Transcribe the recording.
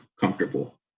comfortable